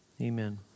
Amen